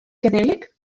كذلك